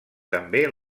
també